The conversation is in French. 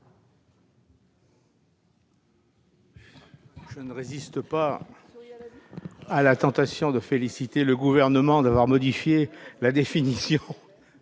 Je ne résiste pas à la tentation de féliciter le Gouvernement d'avoir modifié la définition